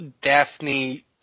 Daphne